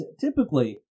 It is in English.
typically